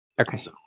Okay